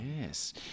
Yes